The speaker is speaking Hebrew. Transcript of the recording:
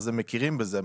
אז הם מכירים בזה.